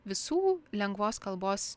visų lengvos kalbos